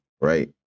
Right